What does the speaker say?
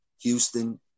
Houston